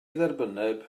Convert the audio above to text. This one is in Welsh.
dderbynneb